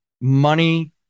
money